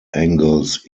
angles